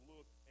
Look